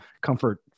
comfort